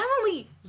Emily